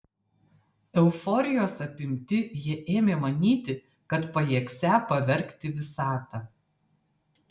euforijos apimti jie ėmė manyti kad pajėgsią pavergti visatą